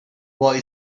boy